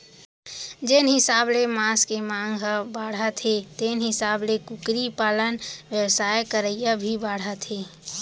जेन हिसाब ले मांस के मांग ह बाढ़त हे तेन हिसाब ले कुकरी पालन बेवसाय करइया भी बाढ़त हें